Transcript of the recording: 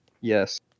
Yes